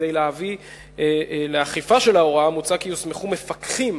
כדי להביא לאכיפה של ההוראה מוצע כי יוסמכו מפקחים